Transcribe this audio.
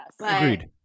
Agreed